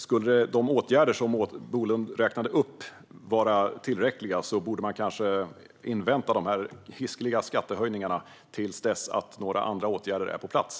Skulle de åtgärder som Bolund räknade upp vara tillräckliga borde man kanske vänta med de hiskeliga skattehöjningarna till dess att några andra åtgärder är på plats.